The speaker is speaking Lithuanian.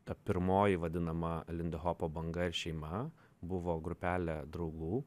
ta pirmoji vadinama lindihopo banga ir šeima buvo grupelė draugų